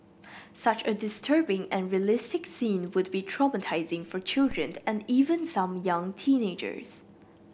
such a disturbing and realistic scene would be traumatising for children and even some young teenagers